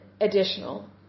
additional